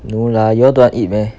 no lah you all don't want to eat meh